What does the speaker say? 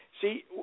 See